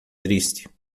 triste